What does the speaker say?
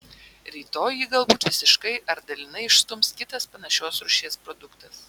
rytoj jį galbūt visiškai ar dalinai išstums kitas panašios rūšies produktas